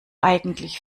eigentlich